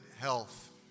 health